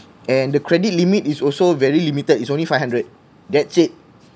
and the credit limit is also very limited it's only five hundred that's it